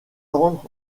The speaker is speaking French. tendre